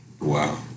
Wow